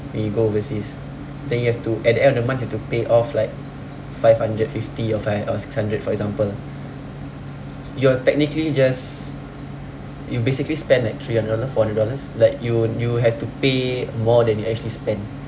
when you go overseas then you have to at the end of the month you have to pay off like five hundred fifty or five or six hundred for example you're technically just you basically spend like three hundred dollars four hundred dollars like you you have to pay more than you actually spend